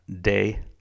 day